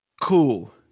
Cool